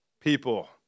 people